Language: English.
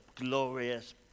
glorious